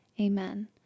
Amen